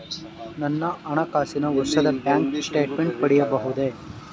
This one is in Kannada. ನನ್ನ ಹಣಕಾಸಿನ ವರ್ಷದ ಬ್ಯಾಂಕ್ ಸ್ಟೇಟ್ಮೆಂಟ್ ಪಡೆಯಬಹುದೇ?